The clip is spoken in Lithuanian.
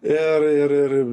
ir ir ir ir